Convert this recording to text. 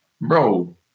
Bro